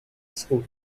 school